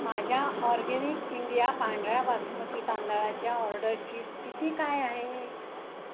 माझ्या Organic India पांढऱ्या बासमती तांदळाच्या ऑर्डरची स्थिती काय आहे